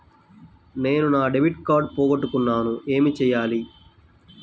నేను నా debit card పోగొట్టుకున్నాను ఏమి చేయాలి?